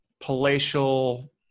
palatial